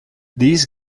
this